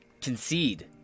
concede